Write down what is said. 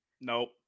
Nope